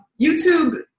YouTube